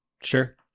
Sure